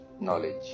knowledge